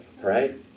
Right